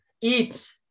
eat